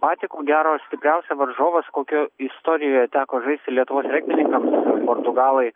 patį ko gero stipriausią varžovą su kokiu istorijoje teko žaisti lietuvos regbininkams portugalai